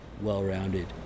well-rounded